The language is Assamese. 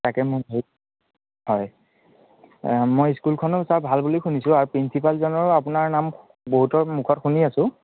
তাকে মোক হেৰিত হয় মই স্কুলখনো ছাৰ ভাল বুলি শুনিছোঁ আৰু প্ৰিঞ্চিপালজনৰো আপোনাৰ নাম বহুতৰ মুখত শুনি আছোঁ